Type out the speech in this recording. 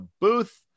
booth